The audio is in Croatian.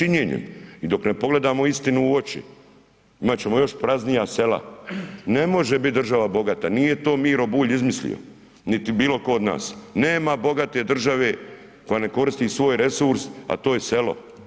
I dok ne pogledamo istinu u oči, imati ćemo još praznija sela, ne može biti država bogata, nije to Miro Bulj izmislio niti bilo tko od nas, nema bogate države koja ne koristi svoj resurs a to je selo.